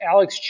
Alex